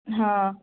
ହଁ